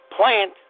plant